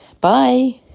Bye